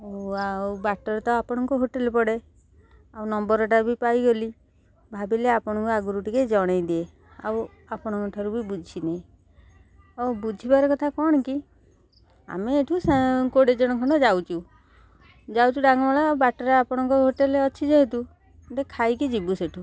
ଓ ଆଉ ବାଟରେ ତ ଆପଣଙ୍କ ହୋଟେଲ୍ ପଡ଼େ ଆଉ ନମ୍ବର୍ଟା ବି ପାଇଗଲି ଭାବିଲି ଆପଣଙ୍କୁ ଆଗରୁ ଟିକେ ଜଣେଇଦିଏ ଆଉ ଆପଣଙ୍କ ଠାରୁ ବି ବୁଝିନିଏ ଆଉ ବୁଝିବାର କଥା କ'ଣ କି ଆମେ ଏଠୁ କୋଡ଼ିଏ ଜଣ ଖଣ୍ଡେ ଯାଉଛୁ ଯାଉଛୁ ଡାଙ୍ଗମଳା ବାଟରେ ଆପଣଙ୍କ ହୋଟେଲ୍ ଅଛି ଯେହେତୁ ଗୋଟେ ଖାଇକି ଯିବୁ ସେଠୁ